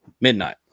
midnight